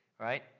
right